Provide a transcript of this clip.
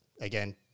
again